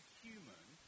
human